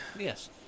Yes